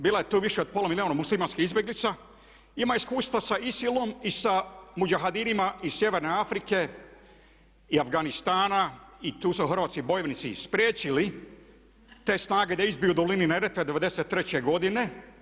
Bilo je tu više od pola milijuna muslimanskih izbjeglica, ima iskustva sa ISIL-om i sa muđahedinima iz sjeverne Afrike i Afganistana i tu su i hrvatski bojovnici i spriječili te snage da izbiju u dolini Neretve '93. godine.